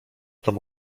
tam